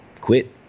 Quit